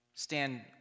Stand